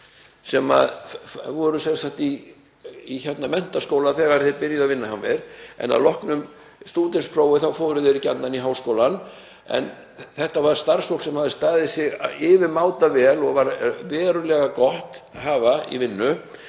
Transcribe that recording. sem voru í menntaskóla þegar þeir byrjuðu að vinna hjá mér en að loknu stúdentsprófi fóru þeir gjarnan í háskólann. Þetta var starfsfólk sem hafði staðið sig yfirmátavel og var verulega gott að hafa í vinnu.